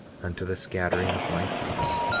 unto the scattering of my people,